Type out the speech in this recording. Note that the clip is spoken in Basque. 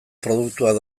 produktuak